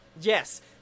Yes